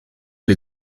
les